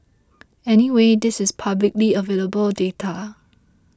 anyway this is publicly available data